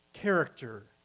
character